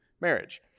marriage